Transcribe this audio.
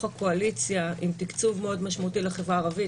הקואליציה עם תקצוב מאוד משמעותי לחברה הערבית,